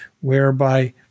whereby